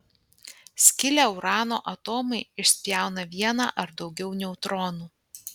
skilę urano atomai išspjauna vieną ar daugiau neutronų